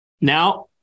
Now